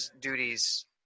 duties